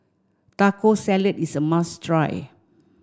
Taco Salad is a must try